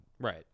Right